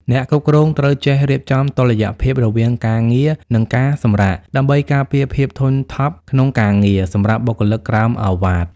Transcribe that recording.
អ្នកគ្រប់គ្រងត្រូវចេះរៀបចំតុល្យភាពរវាងការងារ និងការសម្រាក ដើម្បីការពារភាពធុញថប់ក្នុងការងារ សម្រាប់បុគ្គលិកក្រោមឱវាទ។